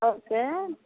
okay